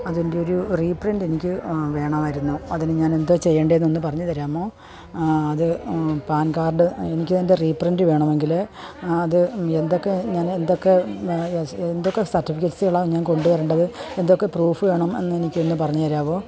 അതിൻ്റെ ഒരു റീപ്രിൻറ് എനിക്ക് വേണമായിരുന്നു അതിന് ഞാൻ എന്തോ ചെയ്യേണ്ടതെന്ന് ഒന്ന് പറഞ്ഞ് തരാമോ അത് പാൻ കാർഡ് എനിക്ക് അതിൻ്റെ റീപ്രിൻ്റ് വേണമെങ്കിൽ അത് എന്തൊക്കെ ഞാൻ എന്തൊക്കെ എന്തൊക്കെ സർട്ടിഫിക്കറ്റ്സുകളാണ് ഞാൻ കൊണ്ടു വരേണ്ടത് എന്തൊക്കെ പ്രൂഫ് വേണം എന്ന് എനിക്കൊന്ന് പറഞ്ഞ് തരാമോ